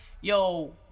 Yo